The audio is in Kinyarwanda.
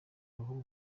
uruhu